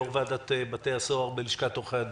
יו"ר ועדת בתי הסוהר בלשכת עורכי הדין,